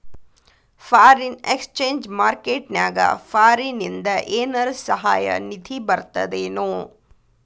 Foreign exchange market ನ್ಯಾಗ ಫಾರಿನಿಂದ ಏನರ ಸಹಾಯ ನಿಧಿ ಬರ್ತದೇನು?